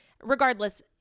Regardless